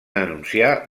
anunciar